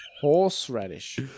horseradish